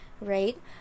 right